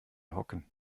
hocken